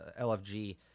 LFG